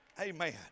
Amen